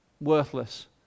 worthless